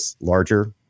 larger